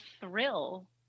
thrill